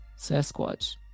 Sasquatch